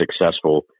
successful